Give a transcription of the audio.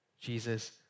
Jesus